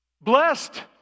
blessed